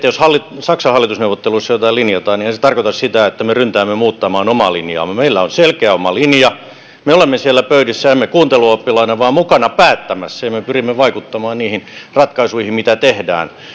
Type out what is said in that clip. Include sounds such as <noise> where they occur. <unintelligible> jos saksan hallitusneuvotteluissa jotain linjataan niin eihän se tarkoita sitä että me ryntäämme muuttamaan omaa linjaamme meillä on selkeä oma linja me olemme siellä pöydissä emme kuunteluoppilaina vaan mukana päättämässä ja me pyrimme vaikuttamaan niihin ratkaisuihin mitä tehdään